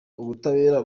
ubutabera